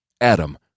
Adam